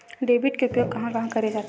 Debit के उपयोग कहां कहा करे जाथे?